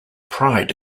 pride